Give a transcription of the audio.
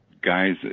guys